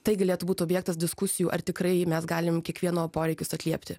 tai galėtų būt objektas diskusijų ar tikrai mes galim kiekvieno poreikius atliepti